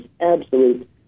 absolute